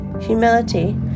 humility